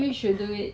the value shop